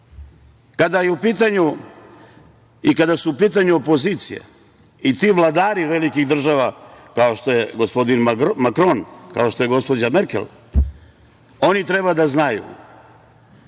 radi? Kada su u pitanju opozicije i ti vladari velikih država, kao što je gospodin Makron, kao što je gospođa Merkel, oni treba da znaju